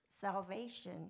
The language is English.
Salvation